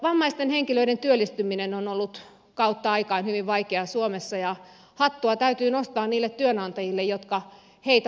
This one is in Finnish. vammaisten henkilöiden työllistyminen on ollut kautta aikain hyvin vaikeaa suomessa ja hattua täytyy nostaa niille työnantajille jotka heitä palkkaavat